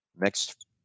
next